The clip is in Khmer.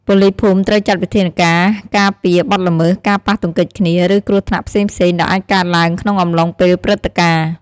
ប៉ូលីសភូមិត្រូវចាត់វិធានការការពារបទល្មើស ការប៉ះទង្គិចគ្នា ឬគ្រោះថ្នាក់ផ្សេងៗ ដែលអាចកើតឡើងក្នុងអំឡុងពេលព្រឹត្តិការណ៍។